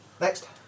Next